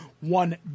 one